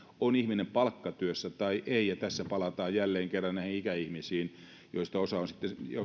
on ihminen palkkatyössä tai ei tässä palataan jälleen kerran niihin ikäihmisiin